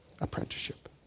apprenticeship